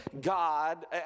God